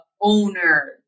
owner